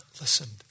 listened